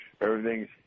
everything's